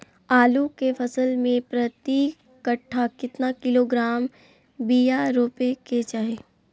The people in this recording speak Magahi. आलू के फसल में प्रति कट्ठा कितना किलोग्राम बिया रोपे के चाहि?